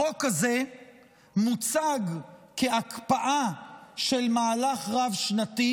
החוק הזה מוצג כהקפאה של מהלך רב-שנתי,